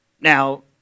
Now